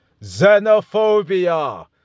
XENOPHOBIA